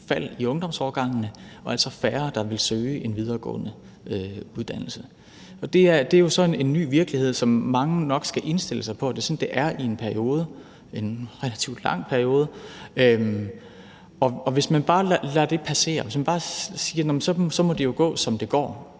fald i ungdomsårgangene og altså færre, der vil søge en videregående uddannelse. Og det er jo så en ny virkelighed, som mange nok skal indstille sig på er sådan, det er, i en relativt lang periode, og hvis man bare lader det passere, hvis man bare siger, at det jo